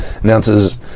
announces